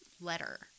letter